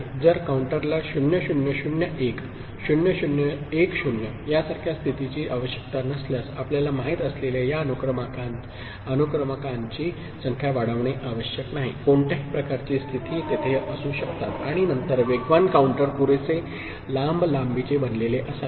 जर काउंटरला 0 0 0 1 0 0 1 0 यासारख्या स्थितीची आवश्यकता नसल्यास आपल्याला माहित असलेल्या या अनुक्रमांकांची संख्या वाढविणे आवश्यक नाही कोणत्याही प्रकारची स्थिती तेथे असू शकतात आणि नंतर वेगवान काउंटर पुरेसे लांबलांबीचेबनलेले असावे